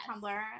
tumblr